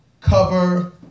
cover